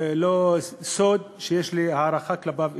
ולא סוד שיש לי הערכה כלפיו אישית,